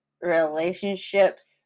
relationships